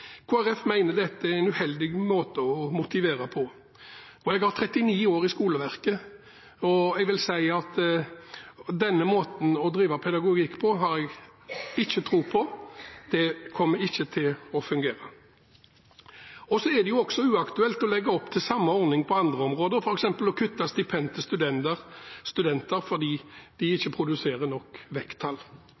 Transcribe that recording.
er en uheldig måte å motivere på. Jeg har 39 år i skoleverket, og jeg vil si at denne måten å drive pedagogikk på har jeg ikke tro på. Det kommer ikke til å fungere. Det er jo også uaktuelt å legge opp til samme ordning på andre områder, f.eks. å kutte stipend til studenter fordi de ikke produserer nok vekttall.